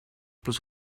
bloß